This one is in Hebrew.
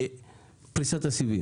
פריסת הסיבים